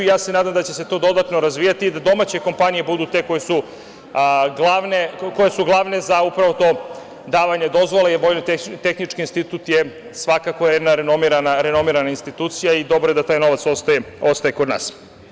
Nadam se da će se to dodatno razvijati i da domaće kompanije budu te koje su glavne za upravo to davanje dozvola, da Vojno tehnički institut je svakako jedna renomirana institucija i dobro je da taj novac ostaje kod nas.